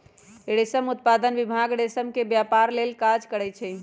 रेशम उत्पादन विभाग रेशम के व्यपार लेल काज करै छइ